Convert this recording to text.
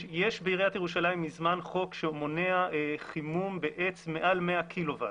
יש בעיריית ירושלים מזמן חוק שמונע חימום בעץ מעל 100 קילו ואט,